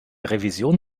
revision